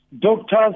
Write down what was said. doctors